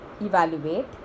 evaluate